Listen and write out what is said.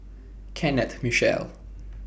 Kenneth Mitchell